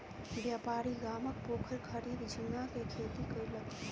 व्यापारी गामक पोखैर खरीद झींगा के खेती कयलक